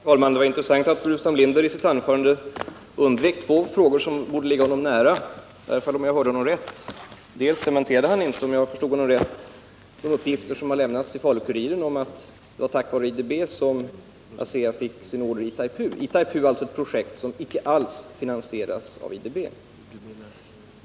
Herr talman! Det var intressant att herr Burenstam Linder i sitt anförande, i varje fall om jag hörde rätt, undvek två frågor som borde ligga honom nära. För det första kommenterade han inte Falu-Kurirens uppgifter om att det var tack vare IDB som ASEA fick sin order avseende Itaipuprojektet. Detta projekt finansieras dock inte alls av IDB.